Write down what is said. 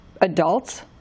adults